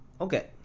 Okay